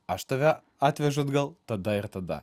aš tave atvežu atgal tada ir tada